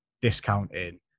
discounting